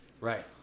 right